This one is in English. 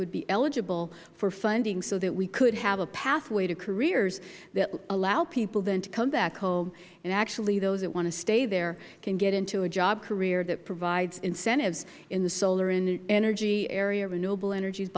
would be eligible for funding so that we could have a pathway to careers that allow people then to come back home and actually those that want to stay there can get into a job career that provides incentives in the solar energy area renewable energy